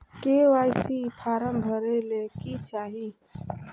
KYC form भरे ले कि चाही?